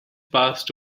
passed